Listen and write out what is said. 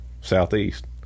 southeast